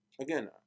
again